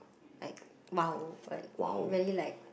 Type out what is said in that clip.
like !wow! what really like